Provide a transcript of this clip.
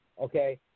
Okay